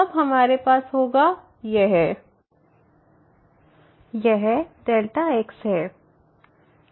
तब हमारे पास होगा fyx0fxy fx0y x यहx है